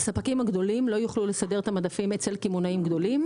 הספקים הגדולים לא יוכלו לסדר את המדפים אצל קמעונאים גדולים,